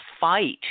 fight